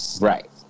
Right